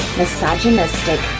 misogynistic